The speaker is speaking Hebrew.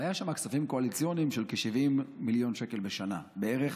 היו שם כספים קואליציוניים של כ-70 מיליון שקלים בשנה בערך